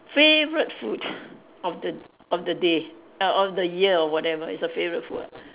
favorite food of the of the day of of the year or whatever is a favorite food ah